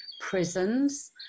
prisons